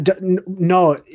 No